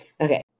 Okay